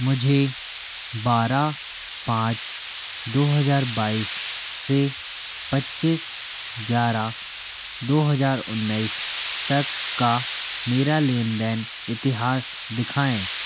मुझे बारह पाँच दो हज़ार बाईस से पच्चीस ग्यारह दो हज़ार उन्नीस तक का मेरा लेन देन इतिहास दिखाएँ